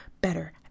better